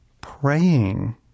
Praying